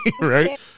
Right